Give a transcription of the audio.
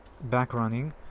back-running